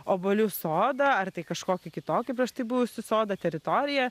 obuolių sodą ar tai kažkokį kitokį prieš tai buvusį sodą teritoriją